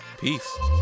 Peace